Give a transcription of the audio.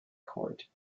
court